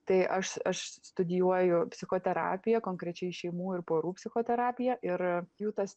tai aš aš studijuoju psichoterapiją konkrečiai šeimų ir porų psichoterapiją ir jų tas